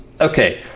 okay